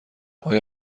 آیا